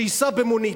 שייסע במונית.